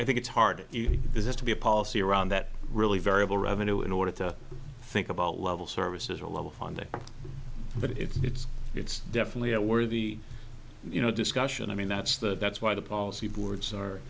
i think it's hard business to be a policy around that really variable revenue in order to think about level services or level funding but it's it's definitely a worthy you know discussion i mean that's the that's why the policy boards are